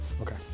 Okay